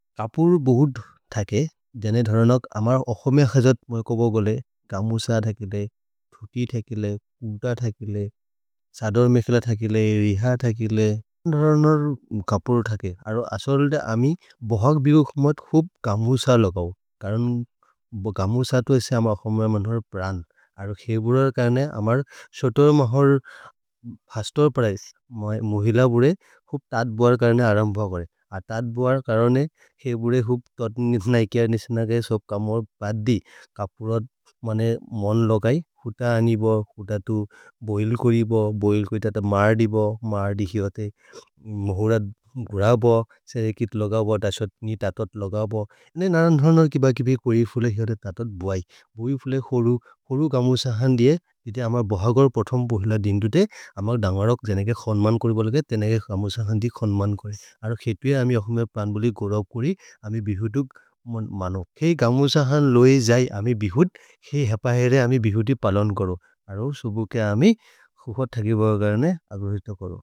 कपुर् बहुत् थके, जने धरनक् अमर् अहोमे खजत् कोब गोले, कमुस थकेले, थुति थकेले, पुत थकेले। सदर् मिफिल थकेले, रिह थकेले, जने धरनर् कपुर् थके। अरो अस्वल्दे अमि बहग् बिहुकुमत् खुब् कमुस लगौ, करन् कमुस तु एसे अमर् अहोमे मन्होर् प्रन्। अरो खे बुरर् कर्ने अमर् सोतोर् महोर् फस्तोर् प्रैस्, मुहिल बुरे, खुब् तत् बुअर् कर्ने अरम्भ करे, अ तत् बुअर् कर्ने। खे बुरे खुब् तत्नि नैक्य निसेन करे सोब् कमोर् बद्दि, कपुरत् मने मन् लगै, खुत अनिब, खुत तु बोहिल् करिब। भोहिल् कोइत थ मर् दिब, मर् दि हिओते, महुर गुर ब, सेरेकित् लगौ ब, दसत्नि ततत् लगौ ब। ने नरन् धरनर् किब किबि करिफुले हिओते ततत् बुऐ, बोइफुले होरु, होरु कमुस हन्दिये। जिते अमर् बहगोर् प्रथोम् बोहिल दिन्दुते, अमर् दन्गरक् जनेके खन्मन् करि बोल्गे, तेनेके कमुस हन्दि खन्मन् करे। अरो खेतु ए अमिर् अहुमर् प्रन् बोलि गुरओ कुरि, अमिर् बिहुतुक् मनो, खेइ कमुस हन्दि लोइ जै अमिर् बिहुत्। खेइ हपहेरे अमिर् बिहुति पलोन् करो, अरो सुबु के अमिर् खुफ थगि बागरने अग्रोहितो करो।